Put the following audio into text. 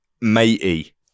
matey